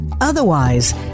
Otherwise